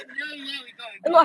ya ya we got we got